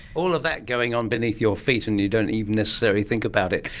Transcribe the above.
all of that going on beneath your feet and you don't even necessarily think about it.